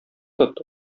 тот